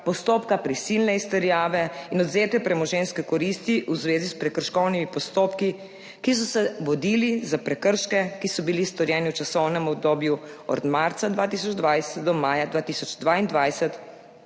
postopka prisilne izterjave in odvzetja premoženjske koristi v zvezi s prekrškovnimi postopki, ki so se vodili za prekrške, ki so bili storjeni v časovnem obdobju od marca 2020 do maja 2022